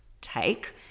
take